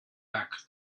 back